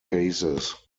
cases